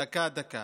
דקה-דקה.